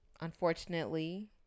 unfortunately